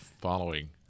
following